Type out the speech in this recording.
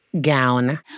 gown